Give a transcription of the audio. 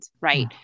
right